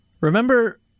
Remember